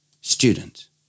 Student